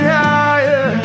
higher